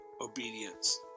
obedience